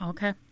Okay